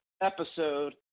episode